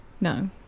No